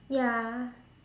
ya